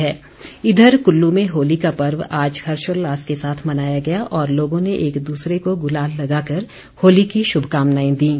होली कुल्लू इधर कुल्लू में होली का पर्व आज हर्षोल्लास के साथ मनाया गया और लोगों ने एक दूसरे को गुलाल लगाकर होली की शुभकामनाएं दीं